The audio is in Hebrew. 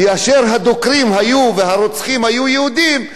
כאשר הדוקרים והרוצחים היו יהודים,